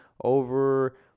over